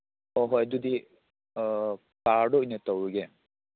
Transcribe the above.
ꯑꯣ ꯍꯣꯏ ꯑꯗꯨꯗꯤ ꯀꯥꯔꯗꯣ ꯑꯣꯏꯅ ꯇꯧꯔꯒꯦ